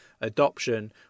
adoption